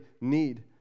need